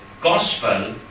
gospel